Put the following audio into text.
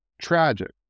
tragic